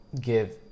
give